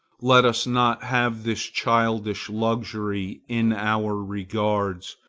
let us not have this childish luxury in our regards,